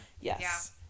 yes